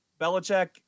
Belichick